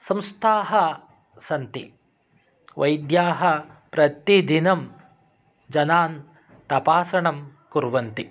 संस्थाः सन्ति वैद्याः प्रतिदिनं जनान् तपासणं कुर्वन्ति